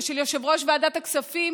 ושל יושב-ראש ועדת הכספים